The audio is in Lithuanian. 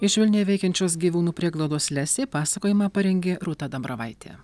iš vilniuje veikiančios gyvūnų prieglaudos lesė pasakojimą parengė rūta dambravaitė